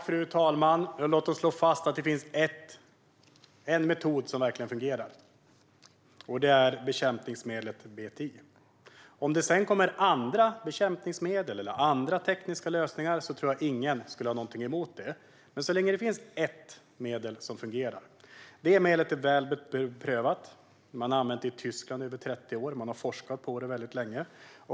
Fru talman! Låt oss slå fast att det finns en metod som verkligen fungerar och att det är bekämpningsmedlet BTI. Om det sedan kommer andra bekämpningsmedel eller andra tekniska lösningar tror jag inte att någon skulle ha någonting emot det, men än så länge finns det ett medel som fungerar. Detta medel är väl beprövat. Man har använt det i Tyskland i över 30 år, och man har forskat på det väldigt länge.